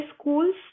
schools